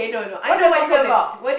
what did I complain about